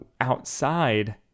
outside